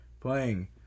playing